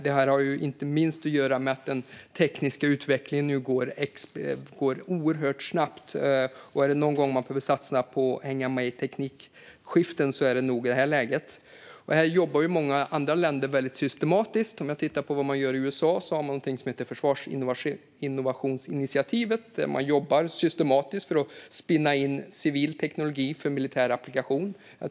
Det har inte minst att göra med att den tekniska utvecklingen nu går oerhört snabbt. Är det någon gång man behöver satsa på att hänga med i teknikskiften är det nog i det här läget. Här jobbar många andra länder väldigt systematiskt. I USA har man någonting som heter Försvarsinnovationsinitiativet, där man jobbar systematiskt för att spinna in civil teknik för militär applikation.